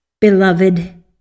Beloved